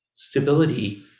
stability